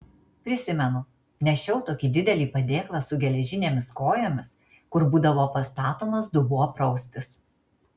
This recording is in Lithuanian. prisimenu nešiau tokį didelį padėklą su geležinėmis kojomis kur būdavo pastatomas dubuo praustis